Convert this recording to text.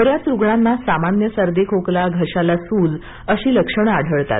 बऱ्याच रुग्णांना सामान्य सर्दी खोकला घशाला सूज अशी लक्षणे आढळतात